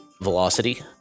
velocity